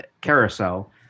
Carousel